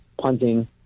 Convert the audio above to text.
punting